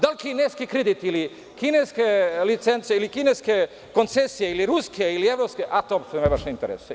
Da li kineski kredit ili kineske licence, ili kineske koncesije ili ruske ili evropske, ako vas baš to interesuje.